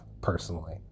personally